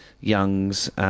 Youngs